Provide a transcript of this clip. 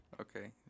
Okay